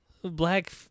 black